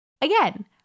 Again